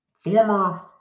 Former